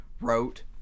wrote